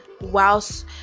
whilst